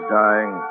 dying